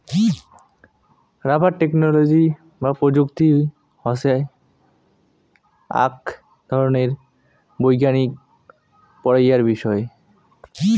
rubber technology বা প্রযুক্তি হসে আক ধরণের বৈজ্ঞানিক পড়াইয়ার বিষয়